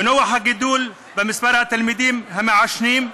ונוכח הגידול במספר התלמידים המעשנים,